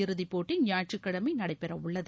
இறுதிப்போட்டி ஞாயிற்றுக்கிழமை நடைபெறவுள்ளது